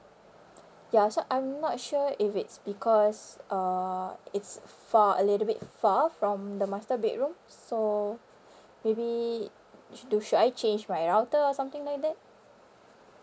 ya so I'm not sure if it's because uh it's far a little bit far from the master bedroom so maybe shou~ do should I change my router or something like that